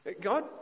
God